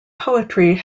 poetry